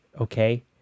okay